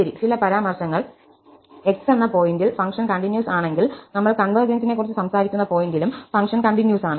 ശരി ചില പരാമർശങ്ങൾ x എന്ന പോയിന്റിൽ ഫംഗ്ഷൻ കണ്ടിന്യൂസ് ആണെങ്കിൽ നമ്മൾ കൺവെർജെൻസിനെക്കുറിച്ച് സംസാരിക്കുന്ന പോയിന്റിലും ഫംഗ്ഷൻ കണ്ടിന്യൂസ് ആണ്